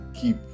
keep